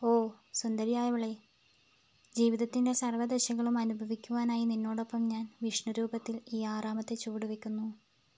ഓ സുന്ദരിയായവളേ ജീവിതത്തിൻ്റെ സർവ്വദശകളും അനുഭവിക്കുവാനായി നിന്നോടൊപ്പം ഞാൻ വിഷ്ണുരൂപത്തിൽ ഈ ആറാമത്തെ ചുവട് വയ്ക്കുന്നു